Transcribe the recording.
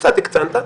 קצת הקצנת,